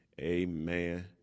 Amen